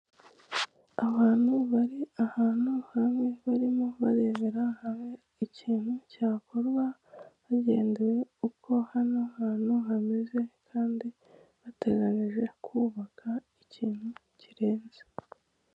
Abantu bari ahantu hamwe barimo barebera hamwe ikintu cyakorwa hagendewe uko hano hantu hameze kandi bateganyije kubaka ikintu kirenze .